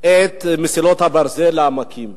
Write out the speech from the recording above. את מסילות הברזל לעמקים,